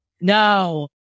No